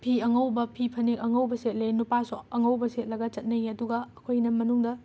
ꯐꯤ ꯑꯉꯧꯕ ꯐꯤ ꯐꯅꯦꯛ ꯑꯉꯧꯕ ꯁꯦꯠꯂꯦ ꯅꯨꯄꯥꯁꯨ ꯑꯉꯧꯕ ꯁꯦꯠꯂꯒ ꯆꯠꯅꯩ ꯑꯗꯨꯒ ꯑꯩꯈꯣꯏꯅ ꯃꯅꯨꯡꯗ